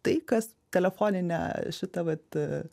tai kas telefonine šita vat